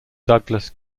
douglas